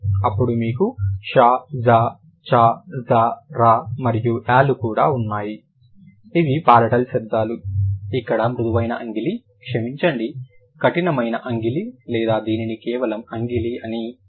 అప్పుడు మీకు ష ఝ చ జ ర మరియు య లు కూడా ఉన్నాయి ఇవి పాలిటల్ శబ్దాలు ఇక్కడ మృదువైన అంగిలి క్షమించండి కఠినమైన అంగిలి లేదా దీనిని కేవలం అంగిలి అని మరియు నాలుక అని కూడా పిలుస్తారు